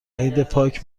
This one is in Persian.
عیدپاک